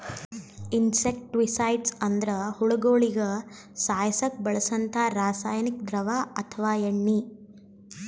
insecticides ಅಂದ್ರ ಹುಳಗೋಳಿಗ ಸಾಯಸಕ್ಕ್ ಬಳ್ಸಂಥಾ ರಾಸಾನಿಕ್ ದ್ರವ ಅಥವಾ ಎಣ್ಣಿ